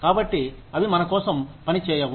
కాబట్టి అవి మనకోసం పనిచేయవు